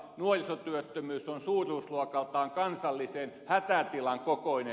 nuorisotyöttömyys on suuruusluokaltaan kansallisen hätätilan kokoinen